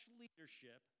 leadership